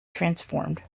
transformed